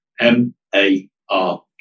M-A-R